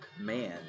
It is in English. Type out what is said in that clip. man